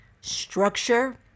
structure